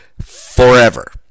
forever